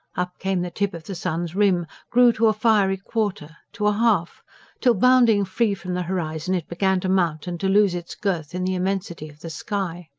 up came the tip of the sun's rim, grew to a fiery quarter, to a half till, bounding free from the horizon, it began to mount and to lose its girth in the immensity of the sky.